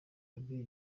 yabwiye